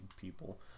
people